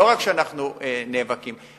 לא רק שאנחנו נאבקים,